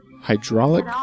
hydraulic